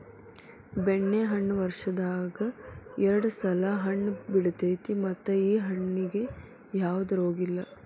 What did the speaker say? ಬೆಣ್ಣೆಹಣ್ಣ ವರ್ಷದಾಗ ಎರ್ಡ್ ಸಲಾ ಹಣ್ಣ ಬಿಡತೈತಿ ಮತ್ತ ಈ ಹಣ್ಣಿಗೆ ಯಾವ್ದ ರೋಗಿಲ್ಲ